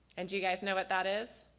and do you guys know what that is?